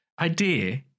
idea